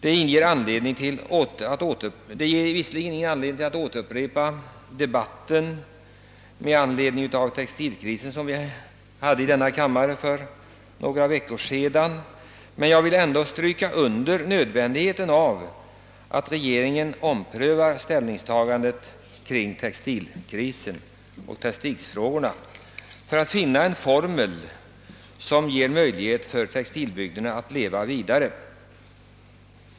Detta utgör visserligen ingen anledning att upprepa den debatt som vi hade i denna kammare för några veckor sedan med anledning av textilkrisen, men jag vill ändå understryka nödvändigheten av att regeringen omprövar sitt ställningstagande till textilkrisen och textilfrågorna för att finna en formel som ger möjlighet för textilbygderna att leva vidare.